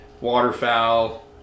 waterfowl